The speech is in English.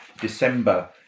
December